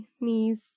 knees